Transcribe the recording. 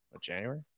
January